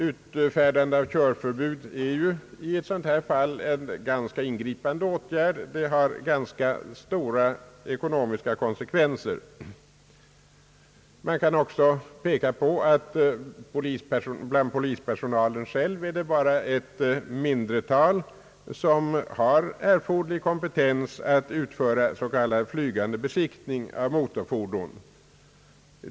Utfärdande av körförbud är i ett sådant här fall en ganska ingripande åtgärd med stora ekonomiska konsekvenser. Bland polispersonalen är det bara ett mindretal, som har erforderlig kompetens att utföra s.k. flygande besiktning av motorfordon.